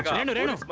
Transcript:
hundred and